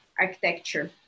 architecture